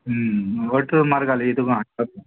अठरा सुमार घालिया तुका